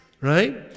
right